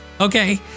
okay